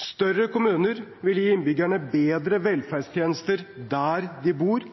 Større kommuner vil gi innbyggerne bedre velferdstjenester der de bor